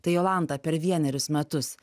tai jolanta per vienerius metus